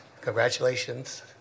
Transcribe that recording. congratulations